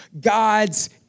God's